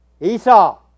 Esau